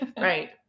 Right